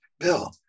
Bill